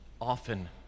often